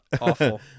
Awful